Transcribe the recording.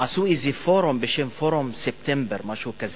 עשו איזה פורום בשם "פורום ספטמבר", משהו כזה.